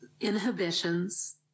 inhibitions